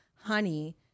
honey